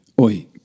Oi